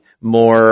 more